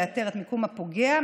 לאתר את מיקום הפוגע,